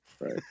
right